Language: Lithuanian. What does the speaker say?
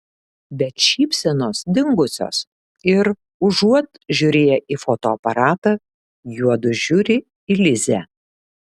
bet šypsenos dingusios ir užuot žiūrėję į fotoaparatą juodu žiūri į lizę